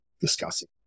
discussing